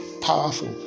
powerful